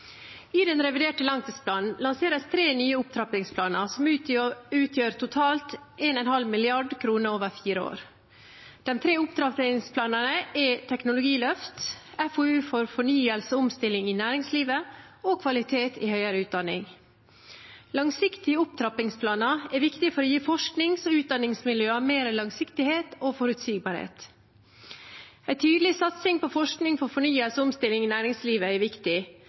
I den reviderte langtidsplanen lanseres tre nye opptrappingsplaner som totalt utgjør 1,5 mrd. kr over fire år. De tre opptrappingsplanene er teknologiløft, FoU for fornyelse og omstilling i næringslivet og kvalitet i høyere utdanning. Langsiktige opptrappingsplaner er viktig for å gi forsknings- og utdanningsmiljøene mer langsiktighet og forutsigbarhet. En tydelig satsing på forskning for fornyelse og omstilling i næringslivet er viktig,